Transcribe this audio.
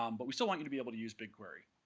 um but we still want you to be able to use bigquery.